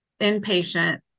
inpatient